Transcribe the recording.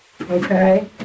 Okay